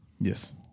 Yes